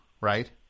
right